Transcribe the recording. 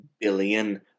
billion